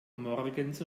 morgens